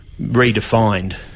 redefined